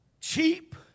cheap